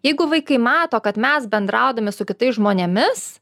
jeigu vaikai mato kad mes bendraudami su kitais žmonėmis